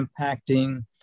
impacting